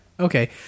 Okay